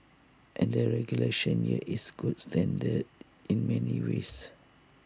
and the regulation here is gold standard in many ways